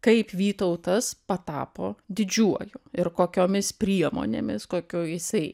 kaip vytautas patapo didžiuoju ir kokiomis priemonėmis kokio jisai